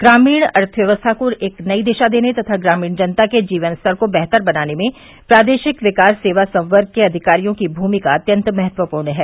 ग्रामीण अर्थव्यवस्था को एक नयी दिशा देने तथा ग्रामीण जनता के जीवन स्तर को बेहतर बनाने में प्रादेशिक विकास सेवा संवर्ग के अधिकारियों की भूमिका अत्यन्त महत्वपूर्ण है